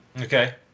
okay